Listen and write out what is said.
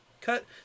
cut